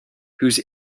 whose